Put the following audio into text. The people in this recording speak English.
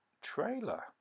Trailer